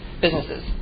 businesses